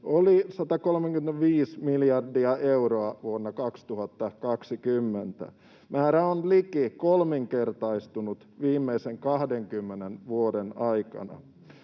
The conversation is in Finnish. oli 135 miljardia euroa vuonna 2020. Määrä on liki kolminkertaistunut viimeisten 20 vuoden aikana.